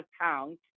account